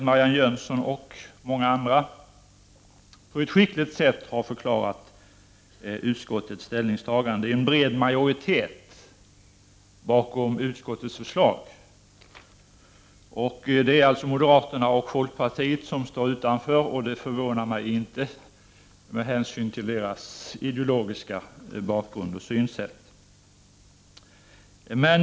Marianne Jönsson och många andra har på ett skickligt sätt förklarat utskottets ställningstagande bakom vilket finns en bred majoritet. Det är moderaterna och folkpartiet som står utanför, och det förvånar mig inte med hänsyn till dessa partiers ideologiska bakgrund och synsätt.